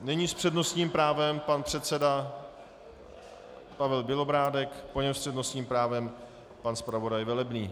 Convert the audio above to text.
Nyní s přednostním právem pan předseda Pavel Bělobrádek, po něm s přednostním právem pan zpravodaj Velebný.